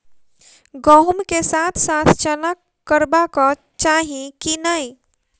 गहुम केँ साथ साथ चना करबाक चाहि की नै?